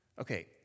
okay